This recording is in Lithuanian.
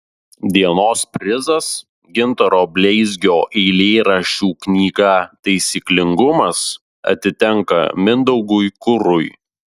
dienos prizas gintaro bleizgio eilėraščių knyga taisyklingumas atitenka mindaugui kurui